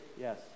yes